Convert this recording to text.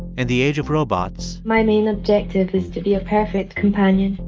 and the age of robots. my main objective is to be a perfect companion.